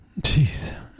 Jeez